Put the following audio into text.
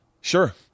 sure